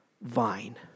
vine